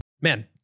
Man